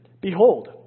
Behold